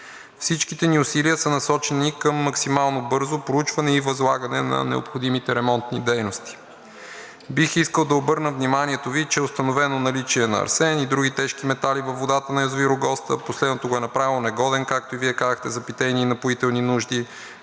Всичките ни усилия са насочени към максимално бързо проучване и възлагане на необходимите ремонтни дейности. Бих искал да обърна вниманието Ви, че е установено наличие на арсен и други тежки метали във водата на язовир „Огоста“. Последното го е направило негоден, както и Вие казахте, за питейни и напоителни нужди,